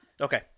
Okay